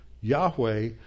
Yahweh